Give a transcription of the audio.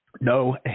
no